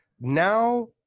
Now